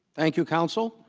thank you counsel